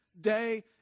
day